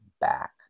back